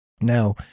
Now